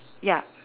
ya